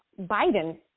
Biden